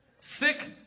Sick